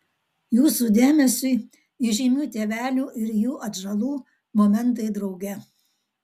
jūsų dėmesiui įžymių tėvelių ir jų atžalų momentai drauge